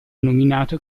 nominato